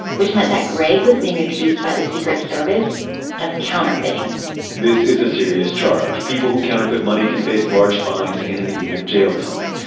which meant that gregg was being accused by the secret service of counterfeiting this is a serious charge. people who counterfeit money can face large fines and even jail time,